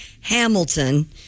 Hamilton